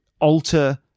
alter